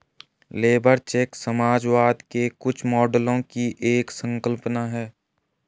labour cheque समाजवाद के कुछ मॉडलों की एक संकल्पना है